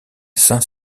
saint